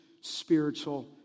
spiritual